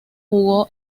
jugó